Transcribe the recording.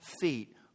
feet